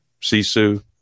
Sisu